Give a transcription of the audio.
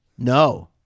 No